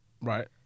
Right